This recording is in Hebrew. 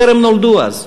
טרם נולדו אז.